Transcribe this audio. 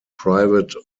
private